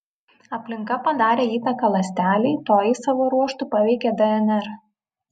aplinka padarė įtaką ląstelei toji savo ruožtu paveikė dnr